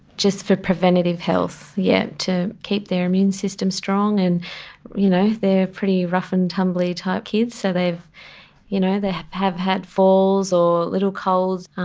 just for preventative health, yes, to keep their immune system strong. and you know they are pretty rough and tumble type kids, so you know they have had falls or little colds.